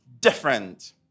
different